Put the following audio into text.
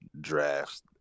drafts